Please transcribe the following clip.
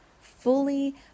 fully